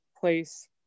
place